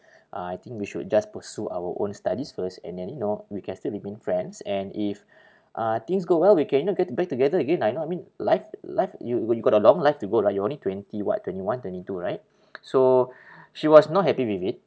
uh I think we should just pursue our own studies first and then you know we can still remain friends and if uh things go well we can you know get to back together again ah you know I mean life life you you got a long life to go lah you only twenty what twenty one twenty two right so she was not happy with it